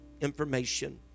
information